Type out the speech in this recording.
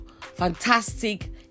Fantastic